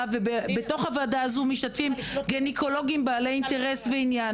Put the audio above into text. ובתוך הוועדה הזאת משתתפים גניקולוגים בעלי אינטרס ועניין.